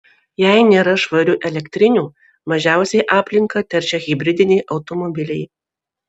jei nėra švarių elektrinių mažiausiai aplinką teršia hibridiniai automobiliai